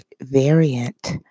variant